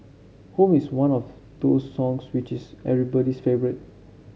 home is one of those songs which is everybody's favourite